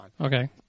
Okay